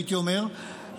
הייתי אומר,